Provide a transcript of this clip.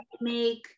make –